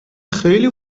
خیلی